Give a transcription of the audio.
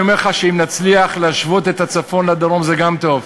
אני אומר לך שאם נצליח להשוות את הצפון לדרום זה גם טוב,